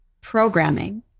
programming